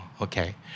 Okay